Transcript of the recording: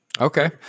Okay